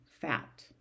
fat